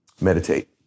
Meditate